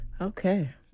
Okay